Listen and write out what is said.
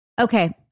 Okay